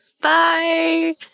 bye